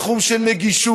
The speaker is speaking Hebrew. בתחום של נגישות,